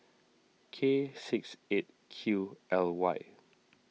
K six eight Q L Y